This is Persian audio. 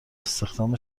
استخدام